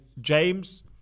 James